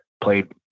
played